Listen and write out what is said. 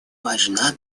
важна